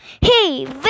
Hey